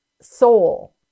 soul